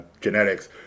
genetics